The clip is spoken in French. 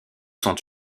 sont